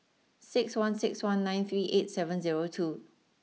six one six one nine three eight seven zero two